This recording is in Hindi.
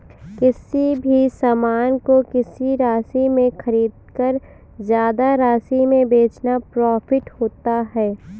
किसी भी सामान को किसी राशि में खरीदकर ज्यादा राशि में बेचना प्रॉफिट होता है